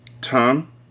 Tom